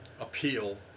appeal